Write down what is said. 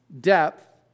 depth